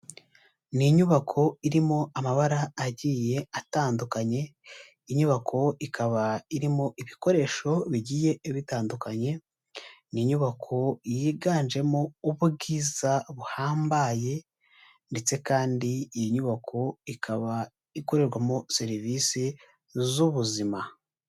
Ni inyubako irimo amabara agiye atandukanye, inyubako ikaba irimo ibikoresho bigiye bitandukanye, ni inyubako yiganjemo ubwiza buhambaye ndetse kandi iyi nyubako ikaba ikorerwamo serivisi z'ubuzima.